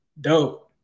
dope